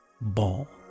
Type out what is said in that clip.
Ball